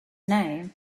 name